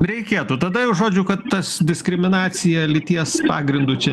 reikėtų tada jau žodžiu kad tas diskriminacija lyties pagrindu čia